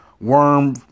worm